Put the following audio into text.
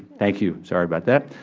thank you. sorry about that.